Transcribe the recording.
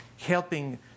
helping